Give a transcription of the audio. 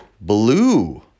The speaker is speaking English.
Blue